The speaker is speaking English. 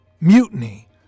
mutiny